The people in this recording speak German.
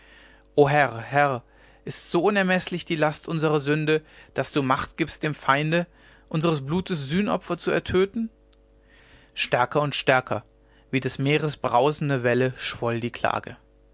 herr herr ist so unermeßlich die last unsrer sünde daß du macht gibst dem feinde unseres blutes sühnopfer zu ertöten stärker und stärker wie des meeres brausende welle schwoll die klage